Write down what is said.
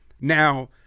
now